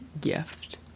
gift